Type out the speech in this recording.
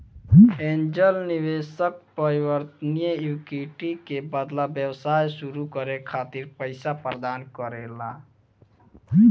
angel निवेशक परिवर्तनीय equity के बदला व्यवसाय सुरू करे खातिर पईसा प्रदान करेला